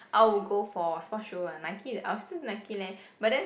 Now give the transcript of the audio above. I'll go for sport shoe one Nike I'll still Nike leh but then